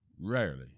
Rarely